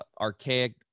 archaic